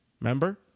Remember